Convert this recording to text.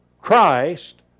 Christ